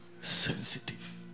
sensitive